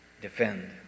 defend